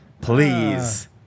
Please